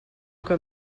que